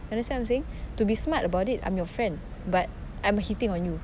understand what I'm saying to be smart about it I'm your friend but I'm hitting on you